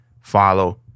follow